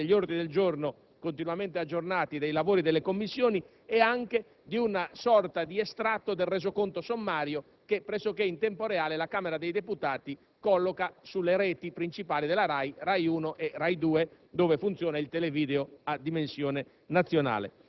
si tratta dell'ordine del giorno del lavori dell'Assemblea e degli ordini del giorno, continuamente aggiornati, dei lavori delle Commissioni, nonché di una sorta di estratto del resoconto sommario, che pressoché in tempo reale la Camera dei deputati colloca sulle reti principali della RAI, Rai Uno e Rai